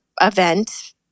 event